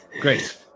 Great